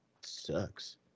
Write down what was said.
sucks